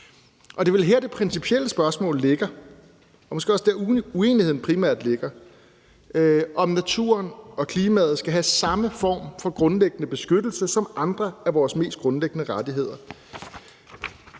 Det er vel her, det principielle spørgsmål ligger, og måske også der, uenigheden primært ligger. Det handler om, om naturen og klimaet skal have samme form for grundlæggende beskyttelse som andre af vores mest grundlæggende rettigheder.